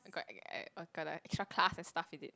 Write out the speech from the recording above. got got the extra class and stuff is it